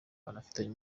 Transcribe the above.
banafitanye